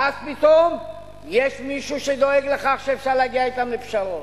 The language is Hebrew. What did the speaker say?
ואז פתאום יש מישהו שדואג לכך שאפשר להגיע אתם לפשרות.